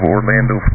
Orlando